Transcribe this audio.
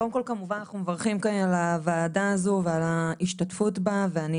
קודם כל כמובן אנחנו מברכים כאן על הוועדה הזו ועל ההשתתפות בה ואני